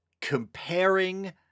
comparing